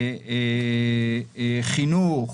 חינוך,